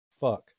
fuck